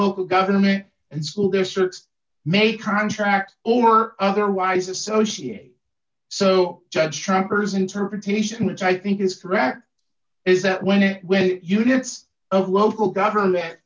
local government and school districts may contract or otherwise associate so judge truckers interpretation which i think is correct is that when it will units of local government that